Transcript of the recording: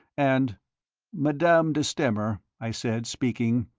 and madame de stamer, i said, speaking,